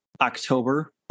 October